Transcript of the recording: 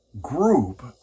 group